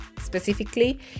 specifically